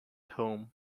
home